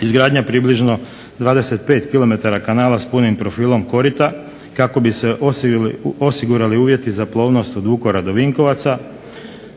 izgradnja približno 25 kilometara kanala s punim profilom korita, kako bi se osigurali uvjeti za plovnost od Vukovara do Vinkovaca,